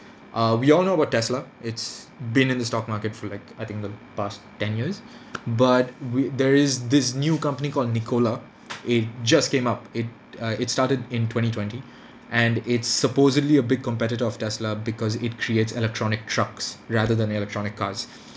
err we all know about Tesla it's been in the stock market for like I think the past ten years but we there is this new company called Nikola it just came up it uh it started in twenty twenty and it's supposedly a big competitor of tesla because it creates electronic trucks rather than electronic cars